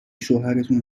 شوهرتون